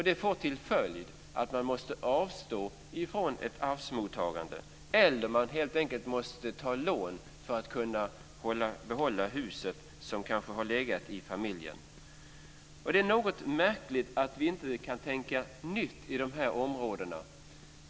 Det får till följd att man måste avstå från ett arvsmottagande eller att man helt enkelt måste ta lån för att kunna behålla det hus som kanske har funnits i familjen. Det är märkligt att vi inte kan tänka nytt på de här områdena.